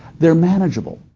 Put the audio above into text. they're manageable,